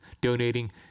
donating